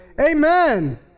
Amen